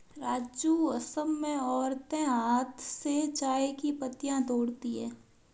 राजू असम में औरतें हाथ से चाय की पत्तियां तोड़ती है